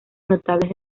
notables